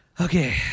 Okay